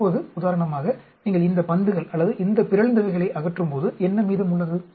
இப்போது உதாரணமாக நீங்கள் இந்த பந்துகள் அல்லது இந்த பிறழ்ந்தவைகளை அகற்றும்போது என்ன மீதம் உள்ளது